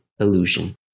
illusion